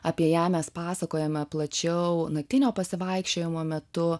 apie ją mes pasakojame plačiau naktinio pasivaikščiojimo metu